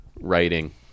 writing